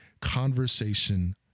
conversation